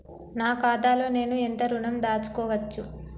నా ఖాతాలో నేను ఎంత ఋణం దాచుకోవచ్చు?